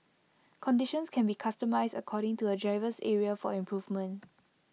conditions can be customised according to A driver's area for improvement